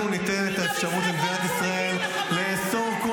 ואנחנו ניתן את האפשרות למדינת ישראל לאסור כל